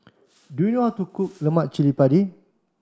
do you how to cook Lemak Cili Padi